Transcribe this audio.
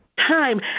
Time